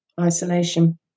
isolation